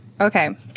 okay